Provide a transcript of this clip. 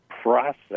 process